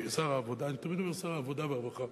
אני תמיד אומר שר העבודה והרווחה,